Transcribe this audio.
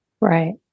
Right